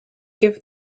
give